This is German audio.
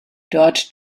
dort